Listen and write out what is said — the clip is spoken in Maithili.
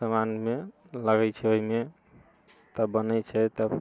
सामानमे लगैत छै ओहिमे तब बनैत छै तब